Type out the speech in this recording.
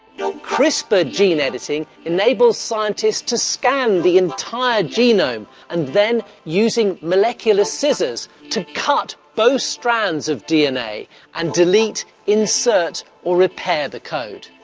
you know crispr gene editing enables scientists to scan the entire genome and then, using molecular scissors, to cut both strands of dna and delete, insert or repair the code.